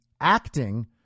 acting